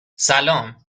سلام